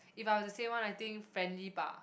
if I would to say one I think friendly ba